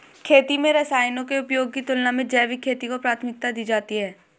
खेती में रसायनों के उपयोग की तुलना में जैविक खेती को प्राथमिकता दी जाती है